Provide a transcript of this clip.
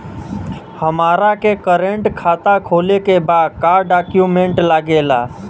हमारा के करेंट खाता खोले के बा का डॉक्यूमेंट लागेला?